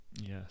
Yes